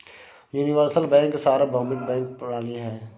universal bank सार्वभौमिक bank प्रणाली है